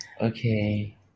Okay